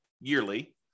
yearly